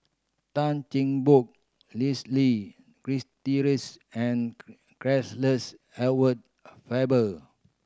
Tan Cheng Bock Leslie and Edward Faber